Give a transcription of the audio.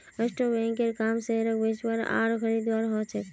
stock ब्रोकरेर काम शेयरक बेचवार आर खरीदवार ह छेक